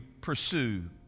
pursue